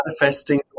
manifesting